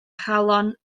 chalon